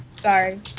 Sorry